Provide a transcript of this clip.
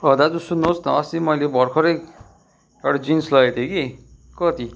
दाजु सुन्नुहोस् न अस्ति मैले भर्खरै एउटा जिन्स लगेको थिएँ कि कति